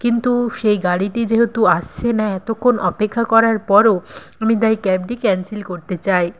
কিন্তু সেই গাড়িটি যেহেতু আসছে না এতক্ষণ অপেক্ষা করার পরও আমি তাই ক্যাবটি ক্যানসেল করতে চাই